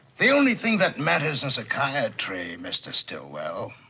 the only thing that matters in psychiatry, mr. stillwell,